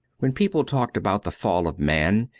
when people talked about the fall of man,